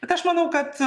bet aš manau kad